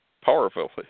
powerful